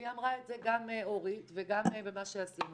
אמרה את זה גם אורית וגם במה שעשינו